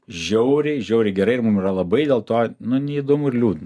žiauriai žiauriai gerai ir mum yra labai dėl to nu neįdomu ir liūdna